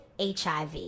HIV